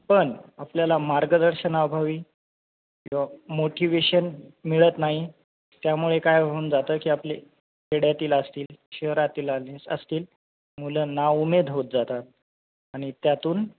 पण आपल्याला मार्गदर्शना अभावी किंवा मोटिवेशन मिळत नाही त्यामुळे काय होऊन जातं की आपले खेड्यातील असतील शहरातील आ असतील मुलं नाउमेद होत जातात आणि त्यातून